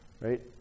right